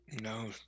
no